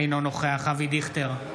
אינו נוכח אבי דיכטר,